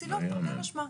מצילות, תרתי משמע.